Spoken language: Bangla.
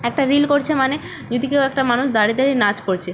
একটা রিল করছে মানে যদি কেউ একটা মানুষ দাঁড়িয়ে দাঁড়িয়ে নাচ করছে